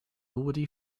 already